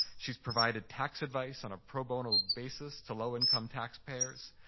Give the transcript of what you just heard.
she's provided tax advice on a pro bono basis to low-income taxpayers.